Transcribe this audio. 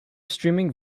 streaming